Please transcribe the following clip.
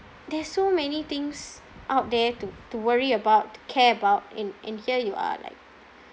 there's so many things out there to to worry about care about and and here you are like